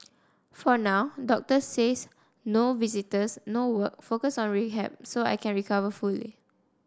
for now doctors says no visitors no work focus on rehab so I can recover fully